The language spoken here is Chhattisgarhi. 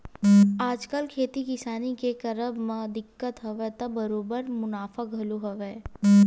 आजकल खेती किसानी के करब म दिक्कत हवय त बरोबर मुनाफा घलो हवय